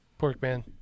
Porkman